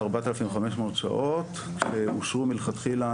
4,500 שעות שאושרו מלכתחילה,